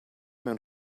mewn